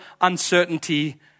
uncertainty